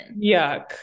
Yuck